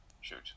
shoot